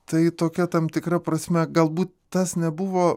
tai tokia tam tikra prasme galbūt tas nebuvo